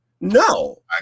No